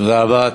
תודה רבה.